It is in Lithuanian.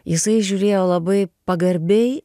jisai žiūrėjo labai pagarbiai